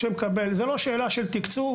זו לא שאלה של תקצוב.